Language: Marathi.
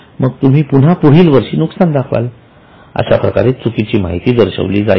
मग तुम्ही पुन्हा पुढील वर्षी नुकसान दाखवाल अशाप्रकारे चुकीची माहिती दर्शविली जाईल